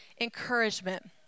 encouragement